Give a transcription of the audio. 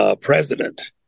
president